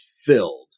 Filled